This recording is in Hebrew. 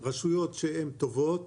רשויות שהן טובות,